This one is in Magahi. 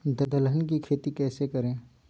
दलहन की खेती कैसे करें?